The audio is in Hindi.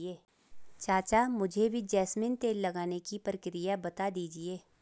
चाचा मुझे भी जैस्मिन तेल निकालने की प्रक्रिया बता दीजिए